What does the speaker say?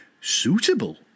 suitable